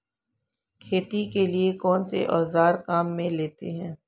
खेती के लिए कौनसे औज़ार काम में लेते हैं?